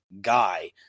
guy